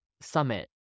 summit